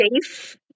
safe